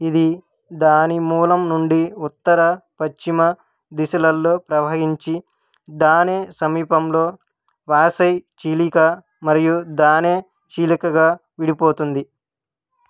ఇది దాని మూలం నుండి ఉత్తర పశ్చిమ దిశలల్లో ప్రవహించి థానే సమీపంలో వాసై చీలిక మరియు థానే చీలికగా విడిపోతుంది